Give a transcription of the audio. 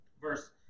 verse